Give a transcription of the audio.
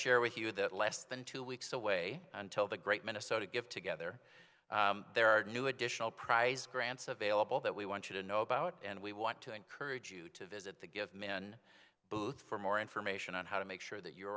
share with you that let than two weeks away until the great minnesota give together there are new additional prize grants available that we want you to know about and we want to encourage you to visit the give men booth for more information on how to make sure that your